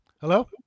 Hello